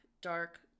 dark